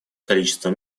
количеством